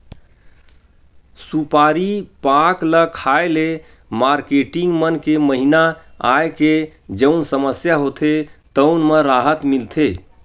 सुपारी पाक ल खाए ले मारकेटिंग मन के महिना आए के जउन समस्या होथे तउन म राहत मिलथे